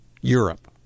Europe